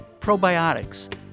Probiotics